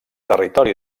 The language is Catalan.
territori